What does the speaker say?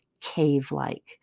cave-like